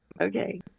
Okay